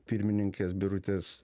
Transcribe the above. pirmininkės birutės